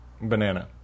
Banana